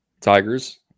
Tigers